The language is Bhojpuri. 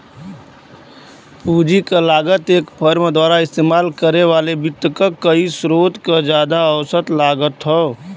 पूंजी क लागत एक फर्म द्वारा इस्तेमाल करे वाले वित्त क कई स्रोत क जादा औसत लागत हौ